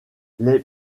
les